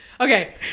Okay